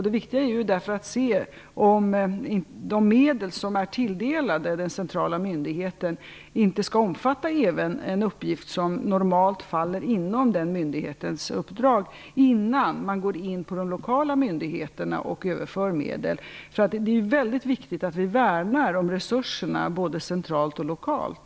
Det viktiga är därför att se om de medel som tilldelats den centrala myndigheten inte skall omfatta även en uppgift som normalt faller inom den myndighetens uppdrag innan man går in på de lokala myndigheterna och överför medel. Det är ju väldigt viktigt att vi värnar om resurserna både centralt och lokalt.